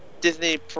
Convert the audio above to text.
Disney